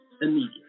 immediately